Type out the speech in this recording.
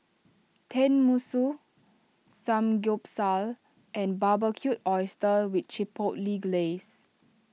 Tenmusu Samgeyopsal and Barbecued Oysters with Chipotle Glaze